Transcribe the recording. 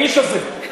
האיש הזה,